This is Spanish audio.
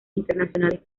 internacionales